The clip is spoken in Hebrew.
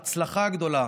של ההצלחה הגדולה